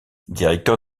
directeur